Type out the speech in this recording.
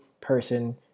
person